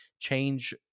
change